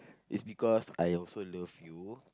is because I also love you